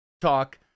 talk